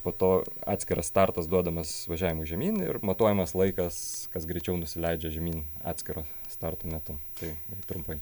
po to atskiras startas duodamas važiavimui žemyn ir matuojamas laikas kas greičiau nusileidžia žemyn atskiro starto metu tai trumpai